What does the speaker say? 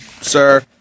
sir